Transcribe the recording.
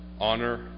honor